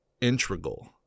integral